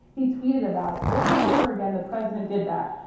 he tweeted about it. over and over again, the president did that.